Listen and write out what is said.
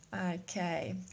Okay